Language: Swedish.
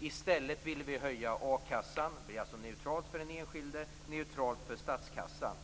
I stället ville vi höja a-kassan. Det är neutralt för den enskilde och neutralt för statskassan.